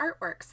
Artworks